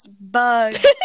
bugs